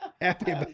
Happy